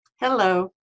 Hello